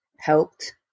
Helped